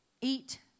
Eat